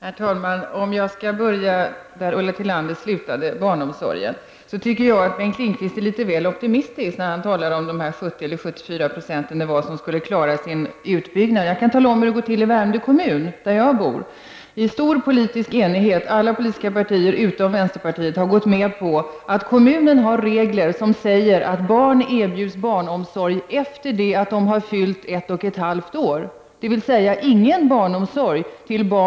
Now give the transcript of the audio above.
Herr talman! Jag vill börja där Ulla Tillander slutade, med barnomsorgen. Bengt Lindqvist är enligt min uppfattning litet väl optimistisk när han talar om de 70 eller 74 % av kommunerna som skulle klara av sin utbyggnad. Jag kan tala om hur det går till i Värmdö kommun, där jag bor. I stor politisk enighet har alla politiska partier utom vänsterpartiet gått med på att kommunen har regler som säger att barn erbjuds barnomsorg efter det att de har fyllt 1 1/2 år, dvs.